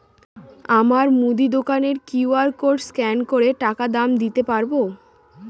আমার মুদি দোকানের কিউ.আর কোড স্ক্যান করে টাকা দাম দিতে পারব?